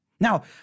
Now